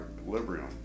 equilibrium